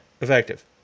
effective